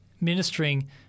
ministering